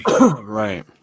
right